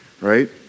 Right